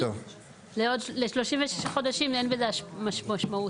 ל-36 חודשים אין לזה משמעות.